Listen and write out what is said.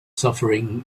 suffering